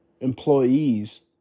employees